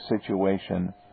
situation